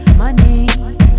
money